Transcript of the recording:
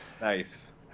Nice